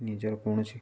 ନିଜର କୌଣସି